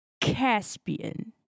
Caspian